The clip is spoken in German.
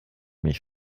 mich